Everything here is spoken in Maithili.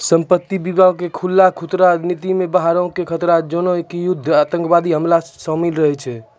संपत्ति बीमा के खुल्ला खतरा नीति मे बाहरो के खतरा जेना कि युद्ध आतंकबादी हमला शामिल रहै छै